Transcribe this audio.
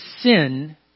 sin